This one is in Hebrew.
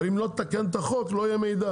אבל אם לא נתקן את החוק, לא יהיה מידע.